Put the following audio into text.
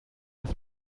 das